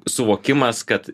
suvokimas kad